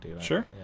Sure